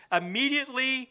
immediately